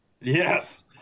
Yes